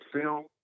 film